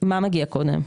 מה מגיע קודם?